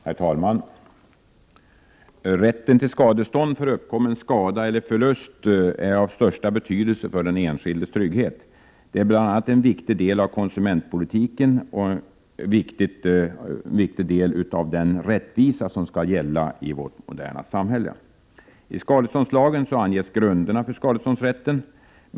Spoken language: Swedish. Herr talman! Rätten till skadestånd för uppkommen skada eller förlust är av största betydelse för den enskildes trygghet. Det är bl.a. en viktig del av konsumentpolitiken och en viktig del av den rättvisa som skall gälla i vårt moderna samhälle. I skadeståndslagen anges grunderna för skadeståndsrätten.